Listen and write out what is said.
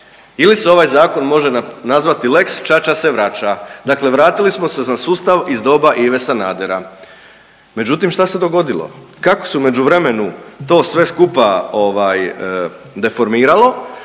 ili se ovaj zakon može nazvati lex čača se vraća. Dakle, vratili smo se za sustav iz doba Ive Sanadera. Međutim, šta se dogodilo? Kako se u međuvremenu to sve skupa ovaj deformiralo